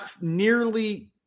nearly